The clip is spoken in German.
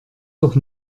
doch